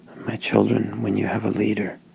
my children when you have a leader